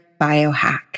biohack